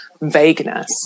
vagueness